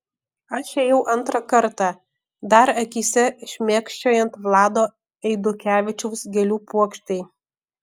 aš ėjau antrą kartą dar akyse šmėkščiojant vlado eidukevičiaus gėlių puokštei